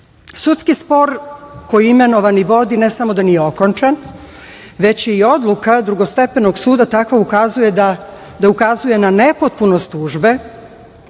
spor koji imenovani vodi ne samo da nije okončan, već je odluka drugostepenog suda tako ukazuje na nepotpunost tužbe